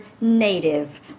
native